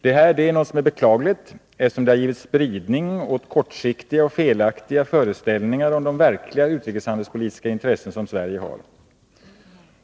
Detta är beklagligt, eftersom det har givit spridning åt kortsiktiga och felaktiga föreställningar om de verkliga utrikeshandelspolitiska intressen som Sverige har.